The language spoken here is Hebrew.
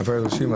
אוסאמה.